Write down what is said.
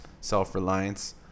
self-reliance